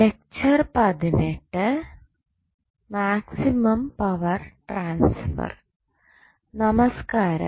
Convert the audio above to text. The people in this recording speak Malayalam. നമസ്കാരം